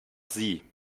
sie